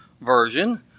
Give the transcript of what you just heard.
version